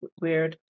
weird